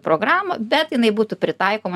programą bet jinai būtų pritaikoma